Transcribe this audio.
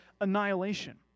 annihilation